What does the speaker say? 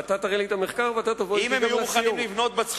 אתה תראה לי את המחקר ואתה תבוא אתי גם לסיור.